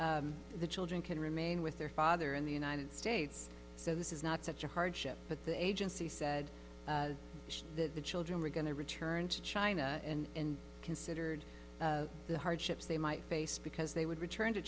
said the children can remain with their father in the united states so this is not such a hardship but the agency said that the children were going to return to china and considered the hardships they might face because they would return to